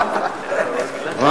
זו עובדה.